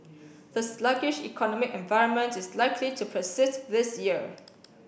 the sluggish economic environment is likely to persist this year